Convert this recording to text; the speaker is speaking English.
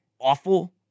Awful